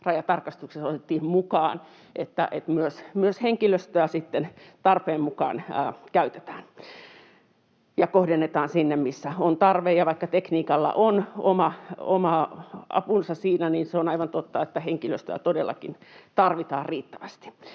sisärajatarkastukset otettiin mukaan, niin että myös henkilöstöä sitten tarpeen mukaan käytetään ja kohdennetaan sinne, missä on tarve. Ja vaikka tekniikalla on oma apunsa siinä, niin se on aivan totta, että henkilöstöä todellakin tarvitaan riittävästi.